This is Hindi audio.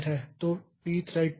तो यह थ्रेड आइडेंटिफायर है